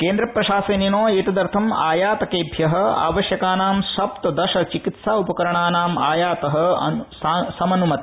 केन्द्र प्रशासनेन एतदर्थ आयातकेभ्यः आवश्यकानां सप्तदश चिकित्सा उपकरणानाम् आयात समनुमत